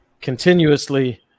continuously